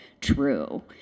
true